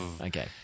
Okay